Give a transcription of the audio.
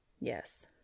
Yes